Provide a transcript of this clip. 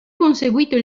conseguito